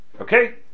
Okay